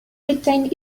retained